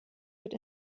wird